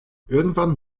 irgendwann